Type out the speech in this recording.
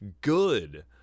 good